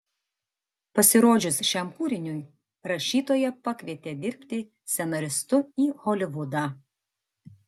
pasirodžius šiam kūriniui rašytoją pakvietė dirbti scenaristu į holivudą